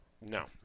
No